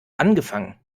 angefangen